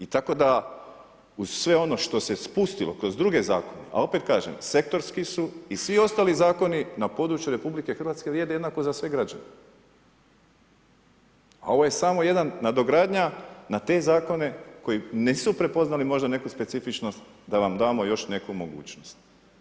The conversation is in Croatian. I tako, da uz sve ono što se spustilo kroz druge zakone, a opet kažem, sektorski su i svi ostali zakoni na području RH, vrijede za sve građane, a ovo je samo jedan nadogradnja na te zakone, koji nisu prepoznali možda neku specifičnost, da vam damo još neku mogućnost.